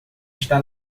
está